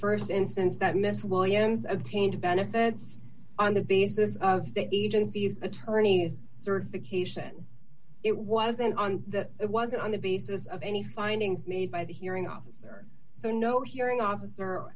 instance that miss williams obtained benefits on the basis of state agencies attorney certification it wasn't on that it wasn't on the basis of any findings made by the hearing officer so no hearing officer